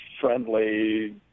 friendly